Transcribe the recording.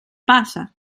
passa